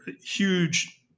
huge